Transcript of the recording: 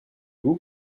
vous